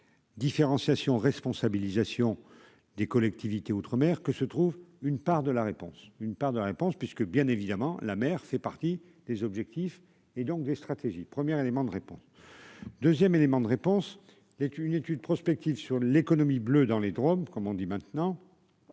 différenciation responsabilisation des collectivités outre-mer que se trouve une part de la réponse, une part de réponse puisque bien évidemment la mère fait partie des objectifs et donc des stratégies Première éléments de réponse. 2ème, élément de réponse est une étude prospective sur l'économie bleue dans les Drom, comme on dit maintenant